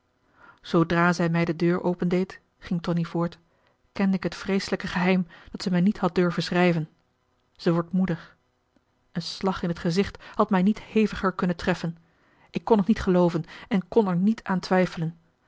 zoodra zij mij de deur opendeed ging tonie voort kende ik het vreeselijk geheim dat zij mij niet had durven schrijven zij wordt moeder een slag in het gezicht had mij niet heviger kunnen treffen ik kon het niet gelooven en kon er niet aan twijfelen